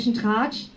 Tratsch